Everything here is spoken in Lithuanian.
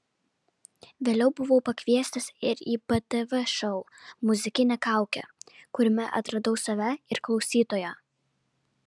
vėliau buvau pakviestas ir į btv šou muzikinė kaukė kuriame atradau save ir klausytoją